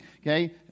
okay